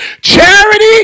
charity